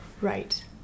Right